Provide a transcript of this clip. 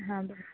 आं बरें